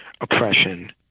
oppression